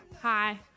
Hi